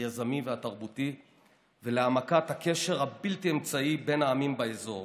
היזמי והתרבותי ולהעמקת הקשר הבלתי-אמצעי בין העמים באזור,